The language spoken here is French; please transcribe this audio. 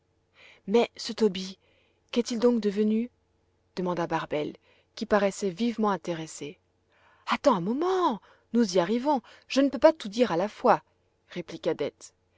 mais ce tobie qu'est-il donc devenu demanda barbel qui paraissait vivement intéressée attends un moment nous y arrivons je ne peux pas tout dire à la fois répliqua dete